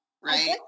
right